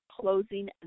closing